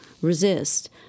resist